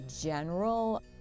general